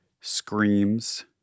screams